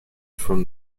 from